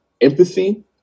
empathy